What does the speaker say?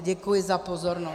Děkuji za pozornost.